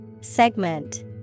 Segment